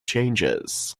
changes